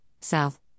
South